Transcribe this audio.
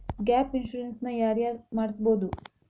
Gap insurance ನ ಯಾರ್ ಯಾರ್ ಮಡ್ಸ್ಬೊದು?